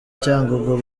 cyangugu